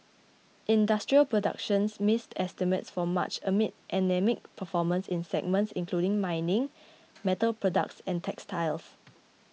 industrial productions missed estimates for March amid anaemic performance in segments including mining metal products and textiles